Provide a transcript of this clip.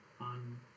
on